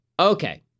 Okay